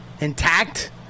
intact